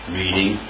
reading